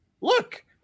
Look